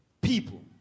people